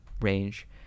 range